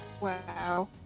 Wow